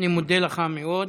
אני מודה לך מאוד.